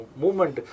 movement